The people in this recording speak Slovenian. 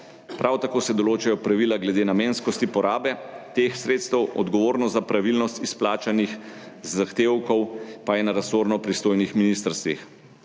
Prav tako se določajo pravila glede namenskosti porabe teh sredstev, odgovornost za pravilnost izplačanih zahtevkov pa je na resornih oziroma pristojnih ministrstvih.